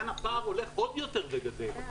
כאן הפער הולך עוד יותר וגדל.